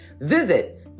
Visit